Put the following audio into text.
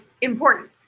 important